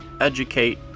educate